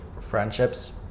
friendships